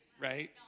right